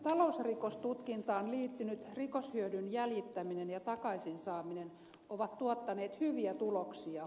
talousrikostutkintaan liittynyt rikoshyödyn jäljittäminen ja takaisin saaminen ovat tuottaneet hyviä tuloksia